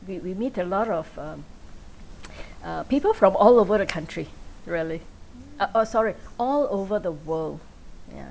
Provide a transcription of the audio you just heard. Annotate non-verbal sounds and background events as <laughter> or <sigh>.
we we meet a lot of um <noise> uh people from all over the country really ah oh sorry all over the world ya